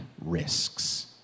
risks